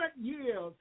years